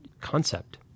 concept